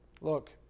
Look